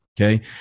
okay